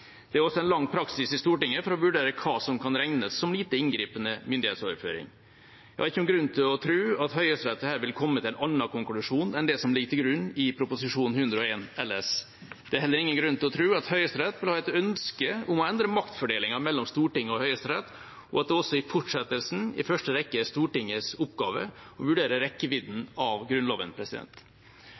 Det er også en lang praksis i Stortinget for å vurdere hva som kan regnes som lite inngripende myndighetsoverføring. Jeg har ingen grunn til å tro at Høyesterett vil komme til en annen konklusjon enn det som ligger til grunn i Prop. 101 LS. Det er heller ingen grunn til å tro at Høyesterett har et ønske om å endre maktfordelingen mellom Stortinget og Høyesterett, og at det også i fortsettelsen i første rekke er Stortingets oppgave å vurdere rekkevidden av Grunnloven.